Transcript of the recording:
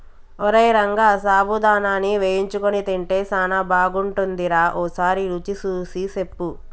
ఓరై రంగ సాబుదానాని వేయించుకొని తింటే సానా బాగుంటుందిరా ఓసారి రుచి సూసి సెప్పు